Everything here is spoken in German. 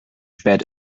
spät